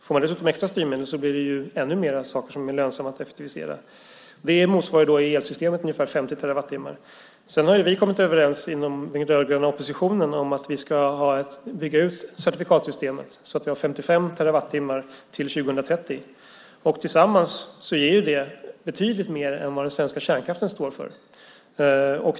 Får man extra styrmedel blir det ju ännu mer som är lönsamt att effektivisera. Det motsvarar i elsystemet ungefär 50 terawattimmar. Inom den rödgröna oppositionen har vi kommit överens om att vi ska bygga ut certifikatssystemet så att vi har 55 terawattimmar till 2030. Tillsammans ger det betydligt mer än vad den svenska kärnkraften står för.